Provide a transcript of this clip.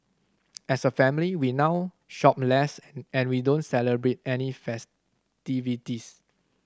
as a family we now shop less and we don't celebrate any festivities